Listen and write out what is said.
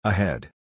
Ahead